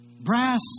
brass